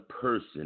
person